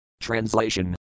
TRANSLATION